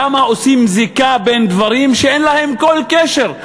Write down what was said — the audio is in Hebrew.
למה עושים זיקה בין דברים שאין ביניהם כל קשר.